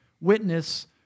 witness